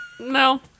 no